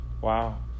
Wow